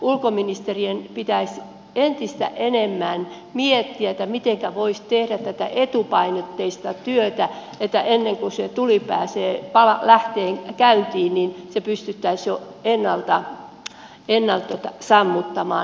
ulkoministerien pitäisi entistä enemmän miettiä mitenkä voisi tehdä tätä etupainotteista työtä niin että ennen kuin se tuli lähtee käyntiin niin se pystyttäisiin jo ennalta sammuttamaan